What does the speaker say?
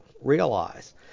realize